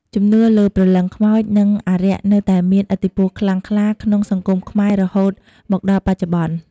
ជំនឿលើព្រលឹងខ្មោច និងអារក្សនៅតែមានឥទ្ធិពលខ្លាំងក្លាក្នុងសង្គមខ្មែររហូតមកដល់បច្ចុប្បន្ន។